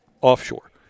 offshore